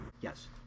Yes